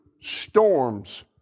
storms